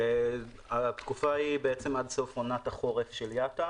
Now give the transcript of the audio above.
מי הדובר?